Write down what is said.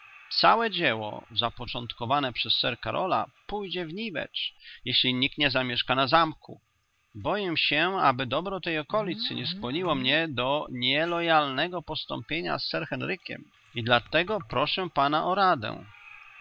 całe dzieło zapoczątkowane przez sir karola pójdzie w niwecz jeśli nikt nie zamieszka na zamku boję się aby dobro tej okolicy nie skłoniło mnie do nielojalnego postąpienia z sir henrykiem i dlatego proszę pana o